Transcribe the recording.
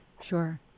Sure